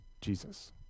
Jesus